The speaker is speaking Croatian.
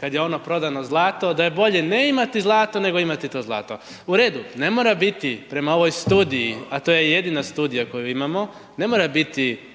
kad je ono prodano zlato da je bolje ne imati zlato nego imati to zlato. U redu, ne mora biti prema ovoj studiji, a to je jedina studija koju imamo, ne mora biti